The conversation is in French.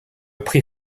prix